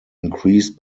increased